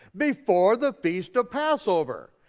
before the feast of passover.